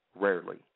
rarely